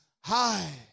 High